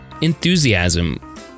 enthusiasm